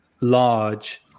large